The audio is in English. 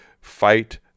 fight